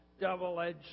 double-edged